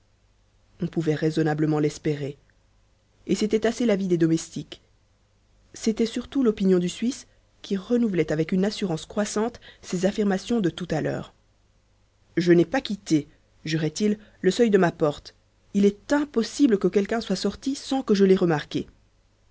on pouvait raisonnablement l'espérer et c'était assez l'avis des domestiques c'était surtout l'opinion du suisse qui renouvelait avec une assurance croissante ses affirmations de tout à l'heure je n'ai pas quitté jurait il le seuil de ma porte il est impossible que quelqu'un soit sorti sans que je l'aie remarqué